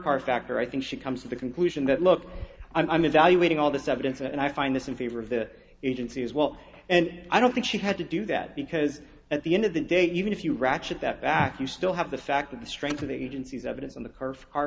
car factor i think she comes to the conclusion that look i'm evaluating all this evidence and i find this in favor of the agency as well and i don't think she had to do that because at the end of the day even if you ratchet that back you still have the fact that the strength of the agency's evidence and the c